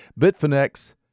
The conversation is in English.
Bitfinex